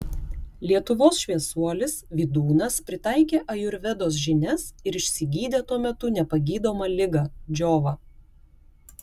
lietuvos šviesuolis vydūnas pritaikė ajurvedos žinias ir išsigydė tuo metu nepagydomą ligą džiovą